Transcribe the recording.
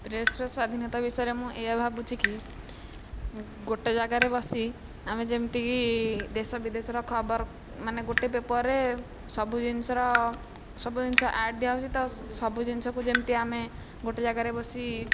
ପ୍ରେସ୍ର ସ୍ୱାଧୀନତା ବିଷୟରେ ମୁଁ ଏଇଆ ଭାବୁଛିକି ଗୋଟିଏ ଜାଗାରେ ବସି ଆମେ ଯେମିତିକି ଦେଶ ବିଦେଶର ଖବରମାନେ ଗୋଟିଏ ପେପରରେ ସବୁ ଜିନିଷର ସବୁ ଜିନିଷ ଆଡ଼୍ ଦିଆହେଉଛି ତ ସବୁ ଜିନିଷକୁ ଯେମିତି ଆମେ ଗୋଟିଏ ଜାଗାରେ ବସି